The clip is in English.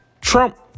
Trump